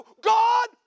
God